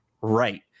right